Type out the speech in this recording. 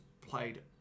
played